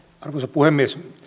arvoisa puhemies